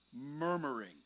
murmuring